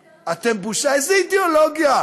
אידיאולוגי.